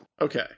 Okay